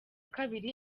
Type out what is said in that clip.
kabiri